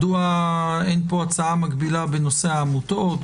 מדוע אין פה הצעה מקבילה בנושא העמותות,